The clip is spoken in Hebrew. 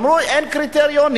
אמרו: אין קריטריונים,